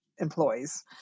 employees